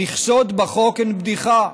המכסות בחוק הן בדיחה.